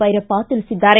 ಭೈರಪ್ಪ ತಿಳಿಸಿದ್ದಾರೆ